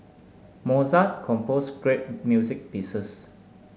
Mozart composed great music pieces